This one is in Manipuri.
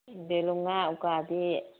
ꯕꯦꯂꯨꯉꯥ ꯎꯀꯥꯕꯤ